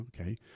okay